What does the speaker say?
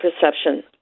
perception